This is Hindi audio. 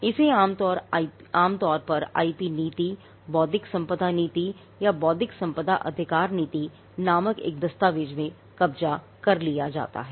इसे आमतौर पर आईपी नीति बौद्धिक संपदा नीति या बौद्धिक संपदा अधिकार नीति नामक एक दस्तावेज में कब्जा कर लिया जाता है